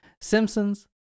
Simpsons